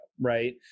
right